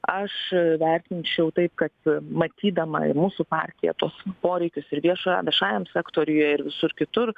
aš vertinčiau taip kad matydama ir mūsų partija tuos poreikius ir vieša viešajam sektoriuje ir visur kitur